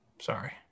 Sorry